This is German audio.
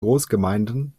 großgemeinden